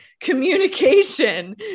communication